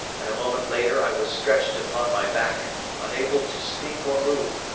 and a moment later i was stretched upon my back, unable to speak or move,